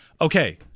okay